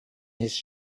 his